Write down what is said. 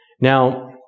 Now